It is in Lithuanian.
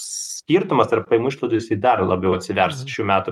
skirtumas tarp pajamų išlaidų jisai dar labiau atsivers šių metų